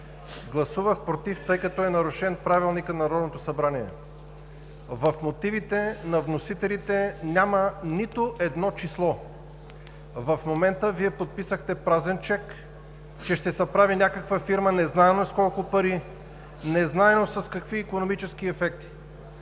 гласувах „против“, тъй като е нарушен Правилникът на Народното събрание. В мотивите на вносителите няма нито едно число. В момента Вие подписахте празен чек, че ще се прави някаква фирма незнайно с колко пари, незнайно с какви икономически ефекти.